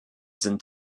sind